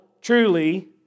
truly